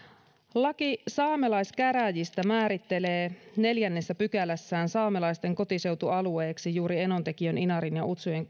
laki saamelaiskäräjistä määrittelee neljännessä pykälässään saamelaisten kotiseutualueeksi juuri enontekiön inarin ja utsjoen